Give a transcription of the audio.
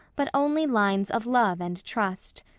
but only lines of love and trust.